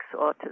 autism